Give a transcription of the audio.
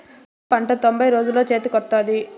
జనుము పంట తొంభై రోజుల్లో చేతికి వత్తాది